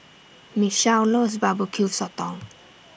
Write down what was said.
Michelle loves Barbecue Sotong